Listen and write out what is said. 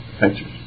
pictures